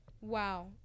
wow